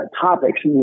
topics